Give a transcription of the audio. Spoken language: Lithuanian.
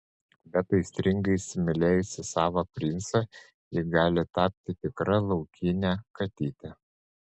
bet aistringai įsimylėjusi savo princą ji gali tapti tikra laukine katyte